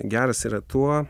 geras yra tuo